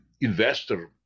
investor